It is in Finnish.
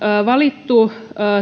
valittu